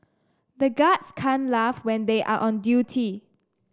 the guards can't laugh when they are on duty